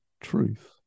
truth